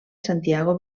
santiago